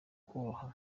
koroha